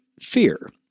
fear